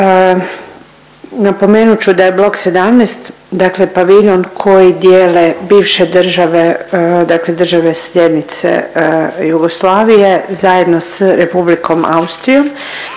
Napomenut ću da je blok 17 dakle paviljon koji dijele bivše države dakle države slijednice Jugoslavije zajedno s Republikom Austrijom